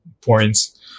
points